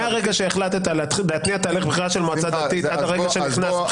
מרגע שהחלטת להטמיע תהליך בחירה של מועצה דתית עד הרגע שנכנס,